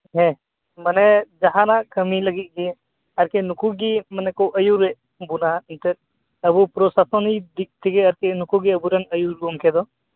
ᱦᱮᱸ ᱢᱟᱱᱮ ᱡᱟᱦᱟᱱᱟᱜ ᱠᱟᱹᱢᱤ ᱞᱟᱹᱜᱤᱫ ᱜᱮ ᱟᱨᱠᱤ ᱱᱩᱠᱩ ᱜᱮ ᱢᱟᱱᱮ ᱠᱚ ᱟᱹᱭᱩᱨᱮᱫ ᱵᱚᱱᱟ ᱱᱤᱛᱳᱜ ᱟᱵᱚ ᱯᱨᱚᱥᱟᱥᱚᱱᱤᱠ ᱫᱤᱠ ᱛᱷᱮᱠᱮ ᱟᱨᱠᱤ ᱱᱩᱠᱩ ᱜᱮ ᱟᱵᱚ ᱨᱮᱱ ᱟᱹᱭᱩᱨ ᱜᱚᱢᱠᱮ ᱫᱚ